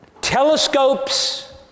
Telescopes